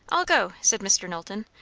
i'll go, said mr. knowlton.